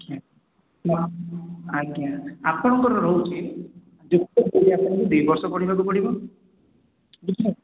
ଆଜ୍ଞା ଆପଣଙ୍କର ରହୁଛି ଯୁକ୍ତ ଦୁଇ ଆପଣଙ୍କୁ ଦୁଇ ବର୍ଷ ପଢ଼ିବାକୁ ପଡ଼ିବ ବୁଝିଲେ